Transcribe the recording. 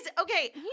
Okay